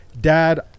dad